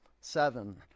seven